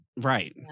Right